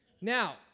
Now